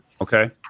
Okay